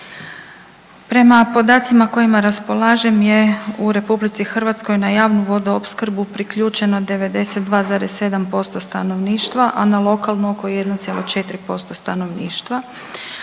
Prema podacima kojima raspolažem je u RH na javnu vodoopskrbu priključeno 92,7% stanovništva, a na lokalnu oko 1,4% stanovništva.